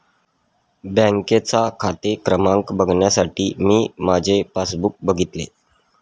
बँकेचा खाते क्रमांक बघण्यासाठी मी माझे पासबुक बघितले